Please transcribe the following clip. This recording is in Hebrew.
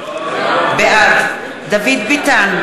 בעד דוד ביטן,